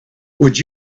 would